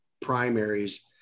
primaries